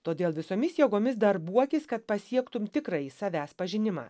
todėl visomis jėgomis darbuokis kad pasiektum tikrąjį savęs pažinimą